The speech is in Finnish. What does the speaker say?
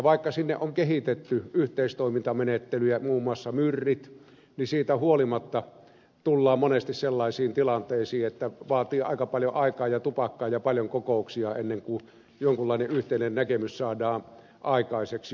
vaikka sinne on kehitetty yhteistoimintamenettelyjä muun muassa myrit niin siitä huolimatta tullaan monesti sellaisiin tilanteisiin että vaatii aika paljon aikaa ja tupakkaa ja paljon kokouksia ennen kuin jonkunlainen yhteinen näkemys saadaan aikaiseksi